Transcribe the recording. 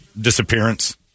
disappearance